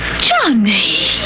Johnny